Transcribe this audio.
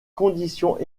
conditions